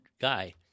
guy